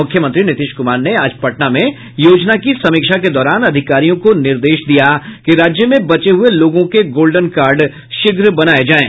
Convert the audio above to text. मुखयमंत्री नीतीश कुमार ने आज पटना में योजना की समीक्षा के दौरान अधिकारियों को निर्देश दिया कि राज्य में बचे हुए लोगों के गोल्डेन कार्ड शीघ्र बनाया जाये